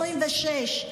26 מיליון.